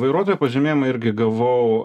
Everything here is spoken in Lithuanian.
vairuotojo pažymėjimą irgi gavau